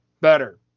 better